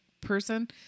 person